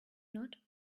not